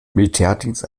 militärdienst